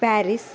Paris